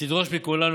ותדרוש מכולנו,